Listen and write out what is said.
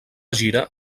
gira